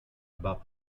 about